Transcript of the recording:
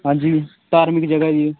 ਹਾਂਜੀ ਧਾਰਮਿਕ ਜਗ੍ਹਾ ਜੀ